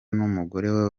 n’umugore